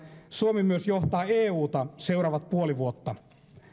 suomi myös johtaa euta seuraavat puoli vuotta